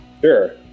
Sure